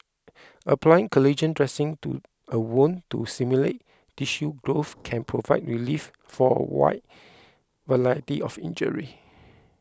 applying collagen dressings to a wound to stimulate tissue growth can provide relief for a wide variety of injuries